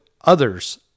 others